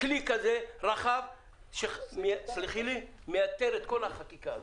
כלי כזה רחב שמייתר את כל החקיקה הזאת?